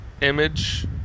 image